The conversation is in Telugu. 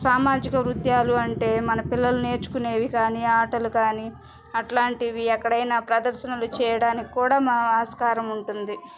సామాజిక వృత్యాలు అంటే మన పిల్లలు నేర్చుకునేవి కానీ ఆటలు కానీ అట్లాంటివి ఎక్కడైనా ప్రదర్శనలు చేయడానికి కూడా మనం ఆస్కారం ఉంటుంది